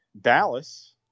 Dallas